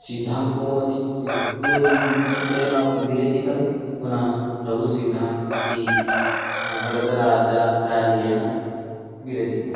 सिद्धान्तकौमुदी इति भट्टोजीदीक्षितेन विरचितं पुनः लघुसिद्धान्तः इति वरदराजाचार्येण विरचितम्